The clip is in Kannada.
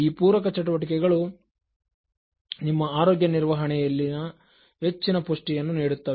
ಈ ಪೂರಕ ಚಟುವಟಿಕೆಗಳು ನಿಮ್ಮ ಆರೋಗ್ಯ ನಿರ್ವಹಣೆಯಲ್ಲಿ ಹೆಚ್ಚಿನ ಪುಷ್ಟಿಯನ್ನು ನೀಡುತ್ತವೆ